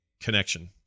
connection